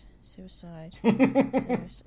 Suicide